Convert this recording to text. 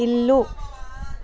ఇల్లు